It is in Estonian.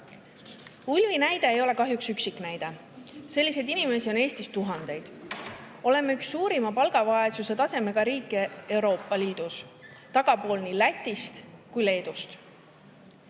näide ei ole kahjuks üksiknäide. Selliseid inimesi on Eestis tuhandeid. Oleme üks suurima palgavaesuse tasemega riike Euroopa Liidus, tagapool nii Lätist kui ka Leedust.